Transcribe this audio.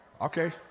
Okay